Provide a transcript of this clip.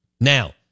Now